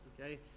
Okay